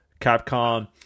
Capcom